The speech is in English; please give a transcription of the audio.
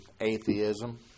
atheism